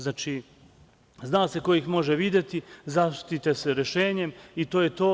Zna se ko ih može videti, zaštite se rešenjem i to je to.